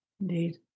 indeed